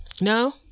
No